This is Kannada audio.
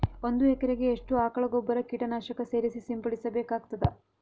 ಒಂದು ಎಕರೆಗೆ ಎಷ್ಟು ಆಕಳ ಗೊಬ್ಬರ ಕೀಟನಾಶಕ ಸೇರಿಸಿ ಸಿಂಪಡಸಬೇಕಾಗತದಾ?